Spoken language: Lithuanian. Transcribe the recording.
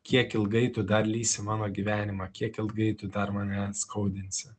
kiek ilgai tu dar lysi į mano gyvenimą kiek ilgai tu dar mane skaudinsi